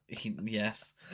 yes